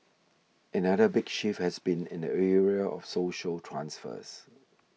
another big shift has been in the area of social transfers